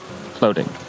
floating